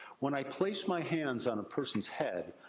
when i place my hands on a persons head,